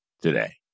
today